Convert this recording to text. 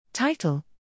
Title